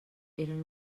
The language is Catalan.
eren